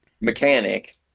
mechanic